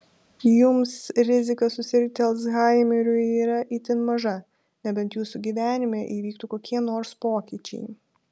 jums rizika susirgti alzhaimeriu yra itin maža nebent jūsų gyvenime įvyktų kokie nors pokyčiai